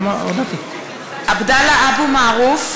עבדאללה אבו מערוף,